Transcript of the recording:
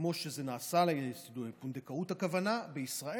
כמו שזה נעשה, הכוונה, בישראל.